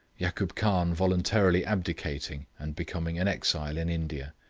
yakoob khan voluntarily abdicating and becoming an exile in india.